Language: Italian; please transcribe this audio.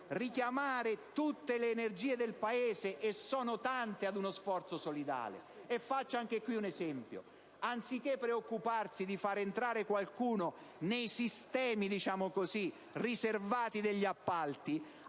richiamare tutte le energie del Paese, e sono tante, ad uno sforzo solidale. Faccio anche in questo caso un esempio: non ci si deve preoccupare di far entrare qualcuno nel sistema riservato degli appalti,